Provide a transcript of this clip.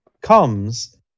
comes